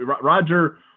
Roger